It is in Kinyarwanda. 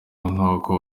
nkuko